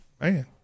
Man